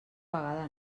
vegada